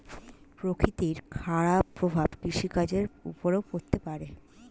প্রকৃতির খারাপ প্রভাব কৃষিকাজের উপরেও পড়তে পারে